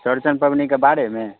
चौरचन पबनी के बारे में